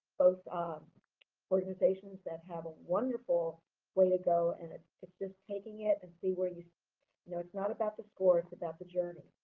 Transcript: both organizations that have a wonderful way to go, and ah it's just taking it and see where you you know, it's not about the score. it's about the journey.